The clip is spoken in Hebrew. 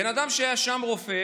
בן אדם שהיה שם רופא,